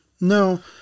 No